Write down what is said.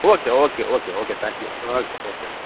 okay okay okay okay thank you okay okay